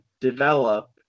develop